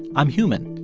i'm human,